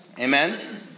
amen